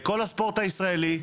לכל הספורט הישראלי.